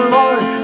Lord